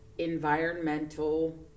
environmental